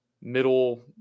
middle